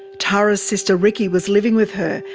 tara's sister rikki was living with her,